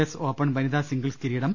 S Open വനിതാ singles കിരീടം